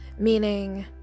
meaning